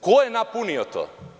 Ko je napunio to?